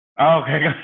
Okay